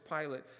Pilate